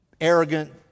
arrogant